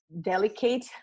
delicate